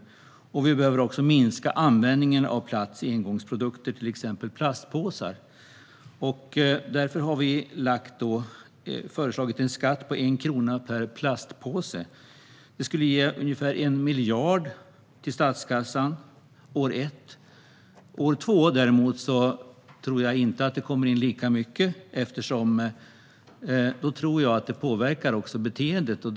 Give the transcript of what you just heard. Vi behöver minska användningen av plast i engångsprodukter, till exempel plastpåsar. Därför har vi föreslagit en skatt på 1 krona per plastpåse. Det skulle ge ungefär 1 miljard till statskassan under år ett. År två däremot kommer det nog inte in lika mycket pengar till staten, eftersom beteendet kommer att påverkas.